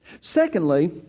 Secondly